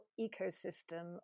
ecosystem